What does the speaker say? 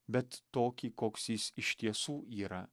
bet tokį koks jis iš tiesų yra